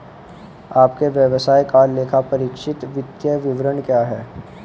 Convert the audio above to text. आपके व्यवसाय का लेखापरीक्षित वित्तीय विवरण कहाँ है?